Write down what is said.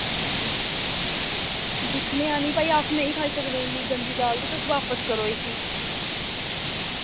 दिक्खने आं नी भाई अस नेईं खाई सकदे इन्नी गंदी दाल ते तु बापस करो इस्सी